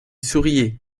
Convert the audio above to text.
souriait